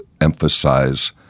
emphasize